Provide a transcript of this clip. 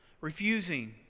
refusing